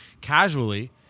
Casually